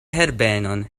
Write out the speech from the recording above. herbenon